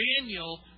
Daniel